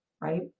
right